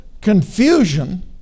confusion